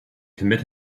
commit